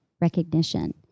recognition